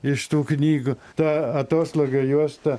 iš tų knygų ta atoslūgio juosta